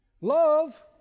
Love